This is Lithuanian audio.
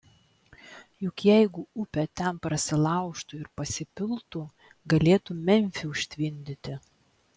juk jeigu upė ten prasilaužtų ir pasipiltų galėtų memfį užtvindyti